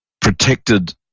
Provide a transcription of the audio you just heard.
protected